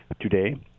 today